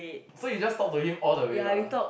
so you just talk to him all the way lah